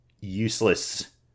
useless